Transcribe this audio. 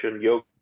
yoga